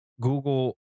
Google